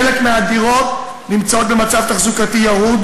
חלק מהדירות נמצאות במצב תחזוקתי ירוד,